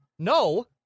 No